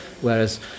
Whereas